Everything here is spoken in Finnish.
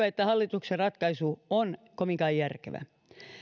että hallituksen ratkaisu on kovinkaan järkevä